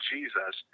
Jesus